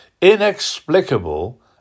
inexplicable